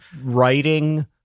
writing